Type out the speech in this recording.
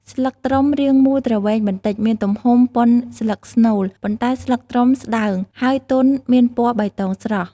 ស្លឹកត្រុំរាងមូលទ្រវែងបន្តិច មានទំហំ ប៉ុនស្លឹកស្នួល ប៉ុន្តែស្លឹកត្រុំស្ដើង ហើយទន់មានពណ៌បៃតងស្រស់។